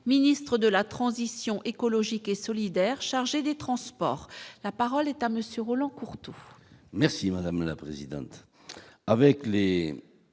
ministre de la transition écologique et solidaire, chargé des Transports, la parole est à monsieur Roland Courteau. Merci madame la présidente,